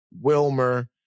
Wilmer